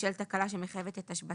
בשל תקלה שמחייבת את השבתתו,